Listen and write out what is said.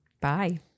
Bye